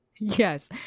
yes